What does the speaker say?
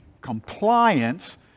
compliance